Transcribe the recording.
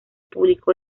publicó